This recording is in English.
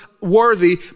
worthy